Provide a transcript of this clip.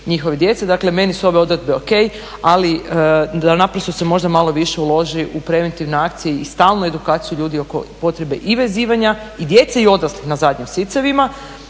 njihove djece. Dakle, meni su ove odredbe ok, ali da naprosto se možda malo više uloži u preventivne akcije i stalnu edukaciju ljudi oko potreba i vezivanja i djece i odraslih na zadnjim sicevima,